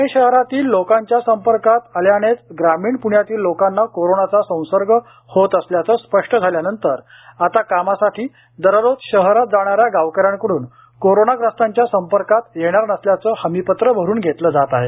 पुणे शहरातील लोकांच्या संपर्कात आल्यानेच ग्रामीण पुण्यातील लोकांना कोरोनाचा संसर्ग होत असल्याचं स्पष्ट झाल्यानंतर आता कामासाठी दररोज शहरात जाणाऱ्या गावकऱ्यांकडून कोरोनाग्रस्तांच्या संपर्कात येणार नसल्याचं हमीपत्र भरून घेतलं जात आहे